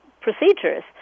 procedures